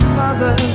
mother